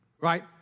right